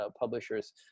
publishers